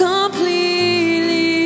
Completely